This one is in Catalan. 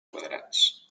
quadrats